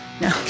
no